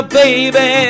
baby